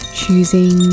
choosing